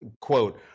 quote